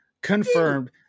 Confirmed